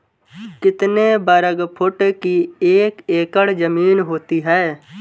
कितने वर्ग फुट की एक एकड़ ज़मीन होती है?